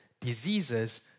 diseases